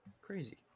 crazy